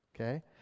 okay